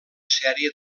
sèrie